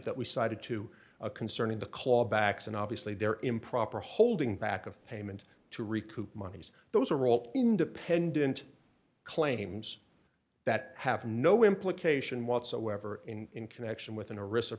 that we cited to a concern in the clawbacks and obviously there improper holding back of payment to recoup monies those are all independent claims that have no implication whatsoever in connection with in a ris